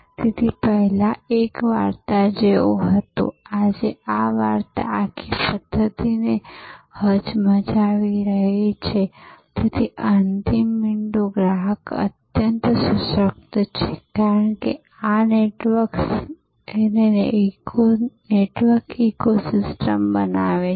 તેથી પહેલા આ એક વાર્તા જેવું હતું આજે આ વાર્તા આખી પધ્ધતિને હચમચાવી રહી છે તેથી અંતિમ બિંદુ ગ્રાહક અત્યંત સશક્ત છે કારણ કે આ નેટવર્ક્સ અને નેટવર્ક ઇકોસિસ્ટમ બનાવે છે